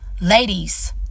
ladies